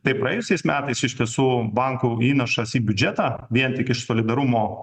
tai praėjusiais metais iš tiesų bankų įnašas į biudžetą vien tik iš solidarumo